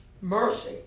mercy